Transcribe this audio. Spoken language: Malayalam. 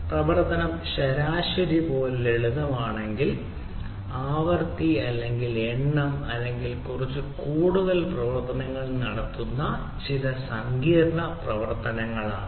പ്രവർത്തനം ശരാശരി പോലെ ലളിതമാണെങ്കിൽ ആവൃത്തി അല്ലെങ്കിൽ എണ്ണം അല്ലെങ്കിൽ കുറച്ച് കൂടുതൽ പ്രവർത്തനങ്ങൾ നടത്തുന്ന ചില സങ്കീർണ്ണ പ്രവർത്തനങ്ങൾ ആണ്